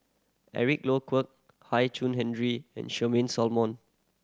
Eric Low Kwek Hian Chuan Henry and Charmaine Solomon